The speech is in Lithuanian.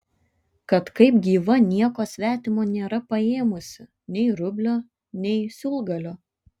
kad kaip gyva nieko svetimo nėra paėmusi nei rublio nei siūlgalio